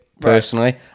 personally